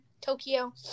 Tokyo